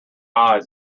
eyes